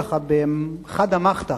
ככה בחדא מחתא,